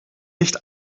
nicht